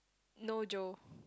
no Joe